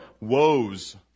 woes